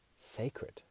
sacred